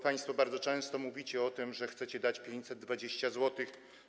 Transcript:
Państwo bardzo często mówicie o tym, że chcecie dać 520 zł.